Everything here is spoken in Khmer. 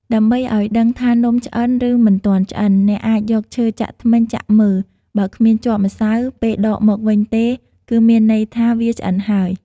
ដើម្បីឱ្យដឹងថានំឆ្អិន ឬ មិនទាន់ឆ្អិន អ្នកអាចយកឈើចាក់ធ្មេញចាក់មើល បើគ្មានជាប់ម្សៅ ពេលដកមកវិញទេ គឺមានន័យថា វាឆ្អិនហើយ។